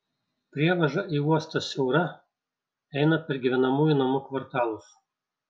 prievaža į uostą siaura eina per gyvenamųjų namų kvartalus